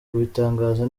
kubitangaza